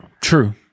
True